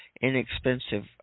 inexpensive